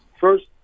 First